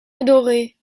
adorée